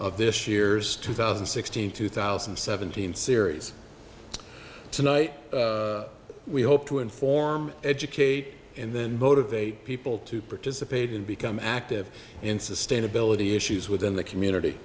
of this year's two thousand and sixteen two thousand and seventeen series tonight we hope to inform educate and then motivate people to participate in become active in sustainability issues within the community